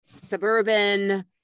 suburban